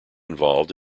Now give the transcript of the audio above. involved